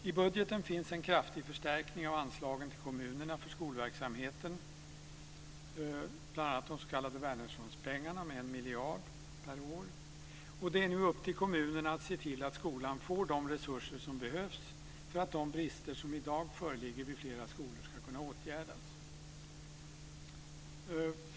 I budgeten finns en kraftig förstärkning av anslagen till kommunerna för skolverksamheten, bl.a. de s.k. Wärnerssonpengarna, med en miljard per år, och det är nu upp till kommunerna att se till att skolan får de resurser som behövs för att de brister som i dag föreligger vid flera skolor ska kunna åtgärdas.